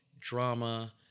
drama